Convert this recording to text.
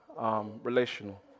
relational